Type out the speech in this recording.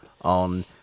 on